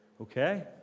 Okay